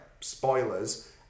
spoilers